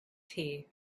tea